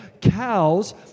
Cows